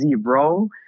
bro